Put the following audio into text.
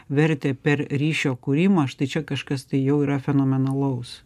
vertę per ryšio kūrimą štai čia kažkas tai jau yra fenomenalaus